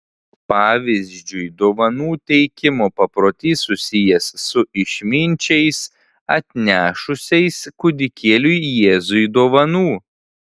pavyzdžiui dovanų teikimo paprotys susijęs su išminčiais atnešusiais kūdikėliui jėzui dovanų